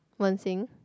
Wen-Xin